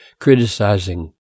criticizing